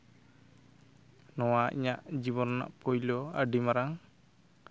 ᱱᱚᱣᱟ ᱤᱧᱟᱹᱜ ᱡᱤᱭᱚᱱ ᱨᱮᱱᱟᱜ ᱯᱳᱭᱞᱳ ᱟᱹᱰᱤ ᱢᱟᱨᱟᱝ